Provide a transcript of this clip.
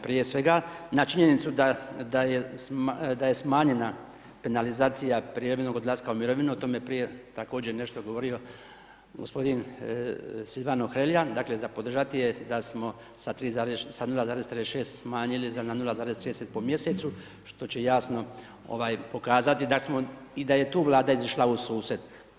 Prije svega na činjenicu da je smanjena penalizacije prijevremenog odlaska u mirovinu, o tome je prije također nešto govorio g. Silvano Hrelja, dakle, za podržati je da smo sa 0,6 smanjili za 0,30 po mjesecu, što će jasno pokazati da je i tu vlada izišla u susret.